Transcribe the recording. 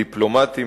דיפלומטיים,